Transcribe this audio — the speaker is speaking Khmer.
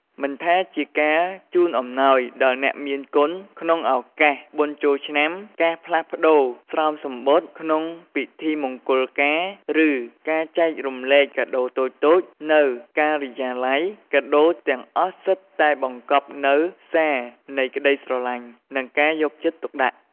មិនថាជាការជូនអំណោយដល់អ្នកមានគុណក្នុងឱកាសបុណ្យចូលឆ្នាំ ការផ្លាស់ប្ដូរស្រោមសំបុត្រក្នុងពិធីមង្គលការ ឬការចែករំលែកកាដូរតូចៗនៅការិយាល័យ កាដូរទាំងអស់សុទ្ធតែបង្កប់នូវ សារនៃក្ដីស្រឡាញ់ និងការយកចិត្តទុកដាក់។